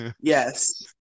Yes